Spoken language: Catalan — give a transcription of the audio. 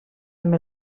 amb